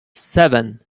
seven